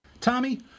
Tommy